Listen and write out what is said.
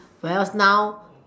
whereas now